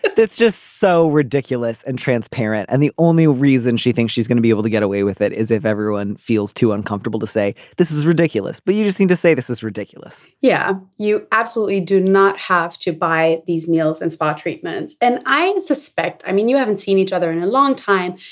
but that's just so ridiculous and transparent. and the only reason she thinks she's going to be able to get away with it is if everyone feels too uncomfortable to say this is ridiculous. but you just need to say this is ridiculous yeah you absolutely do not have to buy these meals and spa treatments. and i suspect i mean you haven't seen each other in a long time.